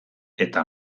eta